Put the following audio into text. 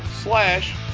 slash